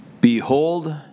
Behold